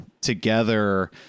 together